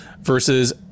versus